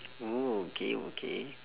oh okay okay